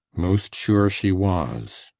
most sure she was.